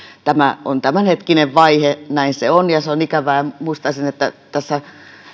tämä on tämänhetkinen vaihe näin se on ja se on ikävää muistaisin että tässä